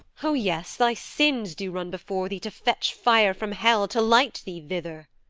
oh, yes, thy sins do run before thee to fetch fire from hell, to light thee thither.